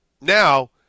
Now